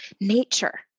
nature